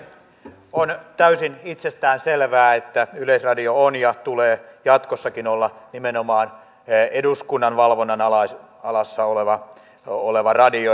on täysin itsestäänselvää että yleisradio on ja sen tulee jatkossakin olla nimenomaan eduskunnan valvonnan alla oleva radio